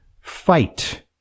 fight